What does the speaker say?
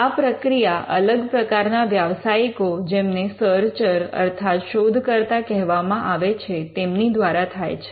આ પ્રક્રિયા અલગ પ્રકારના વ્યવસાયિકો જેમને સર્ચર અર્થાત શોધકર્તા કહેવામાં આવે છે તેમની દ્વારા થાય છે